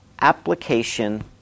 application